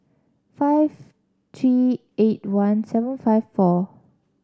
five three eight one seven five four